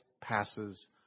passes